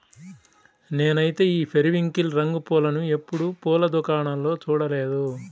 నేనైతే ఈ పెరివింకిల్ రంగు పూలను ఎప్పుడు పూల దుకాణాల్లో చూడలేదు